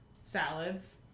salads